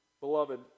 Beloved